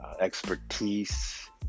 expertise